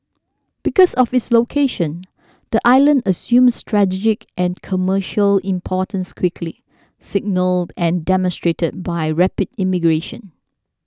because of its location the island assumed strategic and commercial importance quickly signalled and demonstrated by rapid immigration